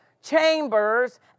chambers